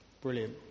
brilliant